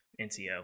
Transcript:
NCO